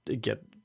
get